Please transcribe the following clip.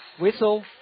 Whistle